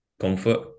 Comfort